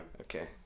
okay